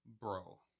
bro